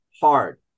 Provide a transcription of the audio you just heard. hard